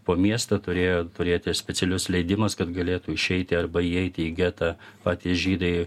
po miestą turėjo turėti specialius leidimus kad galėtų išeiti arba įeiti į getą patys žydai